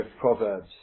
Proverbs